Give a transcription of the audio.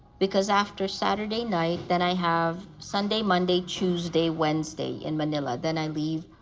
because after saturday night, then i have sunday, monday, tuesday, wednesday in manila. then i leave